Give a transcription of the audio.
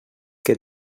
que